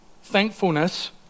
Thankfulness